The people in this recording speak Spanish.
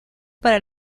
para